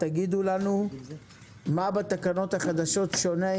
תגידו לנו מה בתקנות החדשות שונה,